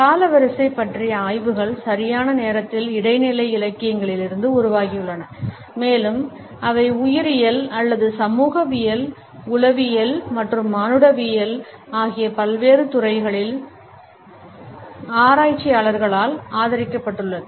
காலவரிசை பற்றிய ஆய்வுகள் சரியான நேரத்தில் இடைநிலை இலக்கியங்களிலிருந்து உருவாகியுள்ளன மேலும் அவை உயிரியல் அல்லது சமூகவியல் உளவியல் மற்றும் மானுடவியல் ஆகிய பல்வேறு துறைகளில் ஆராய்ச்சியாளர்களால் ஆதரிக்கப்பட்டுள்ளன